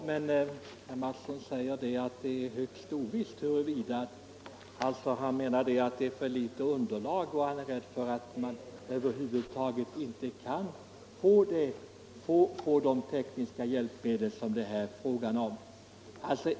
Fru talman! Herr Mattsson i Lane-Herrestad säger att det finns för litet underlag och är rädd för att man över huvud taget inte kan få fram de tekniska hjälpmedel det är fråga om.